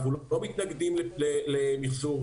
אנחנו לא מתנגדים למיחזור,